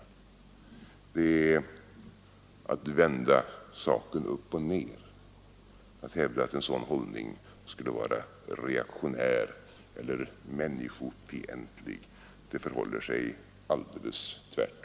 Det är att vända saken upp och ned att hävda att en sådan hållning skulle vara reaktionär eller människofientlig. Det förhåller sig alldeles tvärtom.